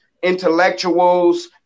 intellectuals